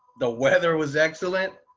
the weather was excellent.